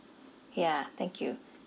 ya thank you